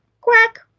quack